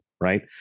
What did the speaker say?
Right